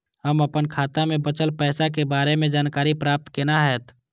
हम अपन खाता में बचल पैसा के बारे में जानकारी प्राप्त केना हैत?